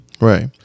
Right